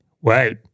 wait